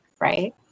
Right